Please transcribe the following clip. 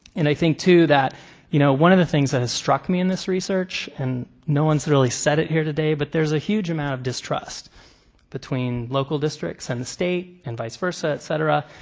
and i think too that you know, one of the things that has struck me in this research and no one's really said it here today, but there's a huge amount of distrust between local districts and the state and vice versa, et cetera,